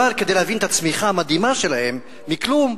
אבל כדי להבין את הצמיחה המדהימה שלהם מכלום,